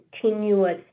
continuous